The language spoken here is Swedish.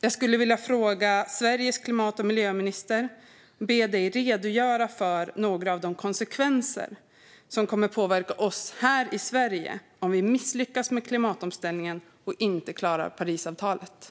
Jag vill be Sveriges klimat och miljöminister att redogöra för några av de konsekvenser som kommer att påverka oss här i Sverige om vi misslyckas med klimatomställningen och inte klarar att nå målet i Parisavtalet.